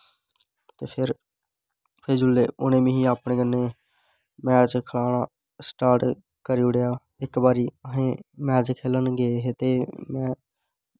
फिर जिसलै मिगी उनें अपनै कन्नै मैच खलाना स्टार्ट करी ओड़ेआ इक बारी अस मैच खेलन गे हे ते में